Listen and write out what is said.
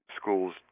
schools